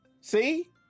see